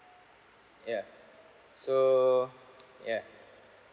yeah so yeah